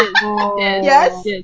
Yes